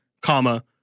comma